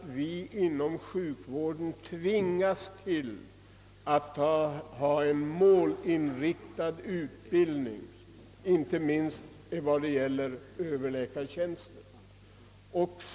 Vi måste få en målinriktad utbildning inte minst beträffande överläkartjänsterna.